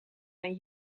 mijn